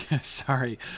Sorry